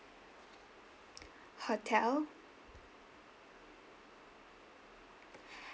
hotel